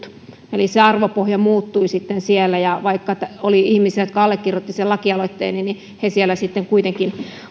tullut eli arvopohja muuttui sitten siellä ja vaikka oli ihmisiä jotka allekirjoittivat lakialoitteeni niin he siellä sitten kuitenkin